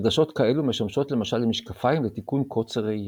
עדשות כאלו משמשות למשל למשקפיים לתיקון קוצר ראייה.